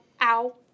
ow